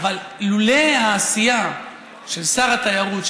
אבל לולא העשייה של שר התיירות,